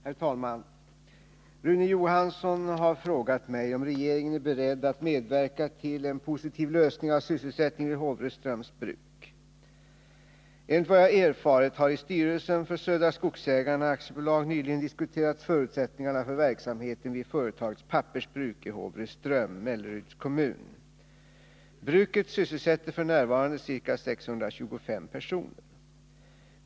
Herr talman! Rune Johansson har frågat mig om regeringen är beredd att medverka till en positiv lösning av sysselsättningen vid Håvreströms bruk. Enligt vad jag erfarit har i styrelsen för Södra Skogsägarna AB nyligen diskuterats förutsättningarna för verksamheten vid företagets pappersbruk i Håvreström, Melleruds kommun. Bruket sysselsätter f. n. ca 625 personer.